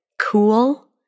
cool